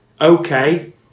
Okay